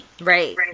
Right